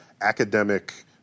academic